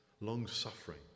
long-suffering